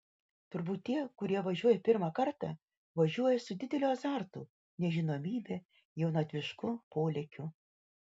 turbūt tie kurie važiuoja pirmą kartą važiuoja su dideliu azartu nežinomybe jaunatvišku polėkiu